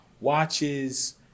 watches